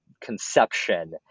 conception